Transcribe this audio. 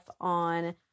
on